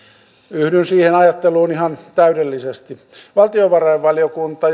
yhdyn siihen ajatteluun ihan täydellisesti valtiovarainvaliokunta